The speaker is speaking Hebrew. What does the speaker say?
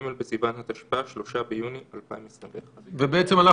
בסיון התשפ"א (3 ביוני 2021)". בעצם,